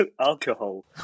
alcohol